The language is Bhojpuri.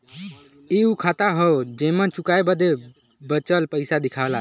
इ उ खांचा हौ जेमन चुकाए बदे बचल पइसा दिखला